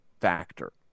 factor